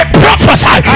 prophesy